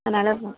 அதனால்